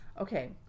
Okay